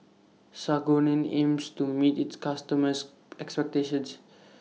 Sangobion aims to meet its customers' expectations